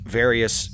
various